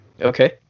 Okay